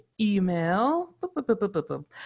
email